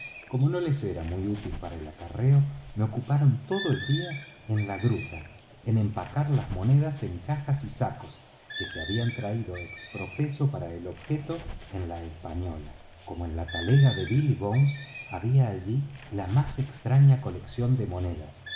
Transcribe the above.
como no les era muy útil para el acarreo me ocuparon todo el día en la gruta en empacar las monedas en cajas y sacos que se habían traído exprofeso para el objeto en la española como en la talega de billy bones había allí la más extraña colección de monedas